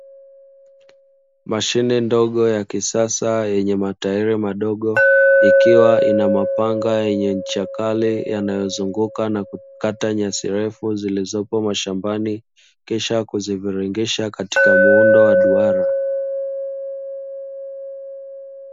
Mashine ndogo ya kisasa yenye matairi madogo, ikiwa ina mapanga yenye ncha kali yanayozunguka na kukata nyasi refu zilizopo mashambani, kisha kuziviringisha katika muundo wa duara.